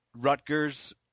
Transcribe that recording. Rutgers